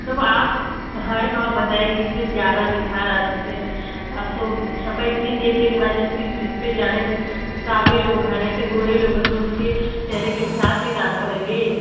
जब आप हैं तो आप बताएँगी जिसमें ज्यादा निखार आ सके आप तो सबका इस्किन देख देख कर भाई जिसकी जिस पर जादा साँवले लोग हैं जैसे गोरे लोग हैं तो उनके चेहरे के हिसाब से ही ना आप करेंगी